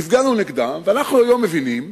הפגנו נגדם, ואנחנו היום מבינים